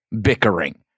bickering